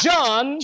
John